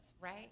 right